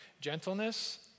Gentleness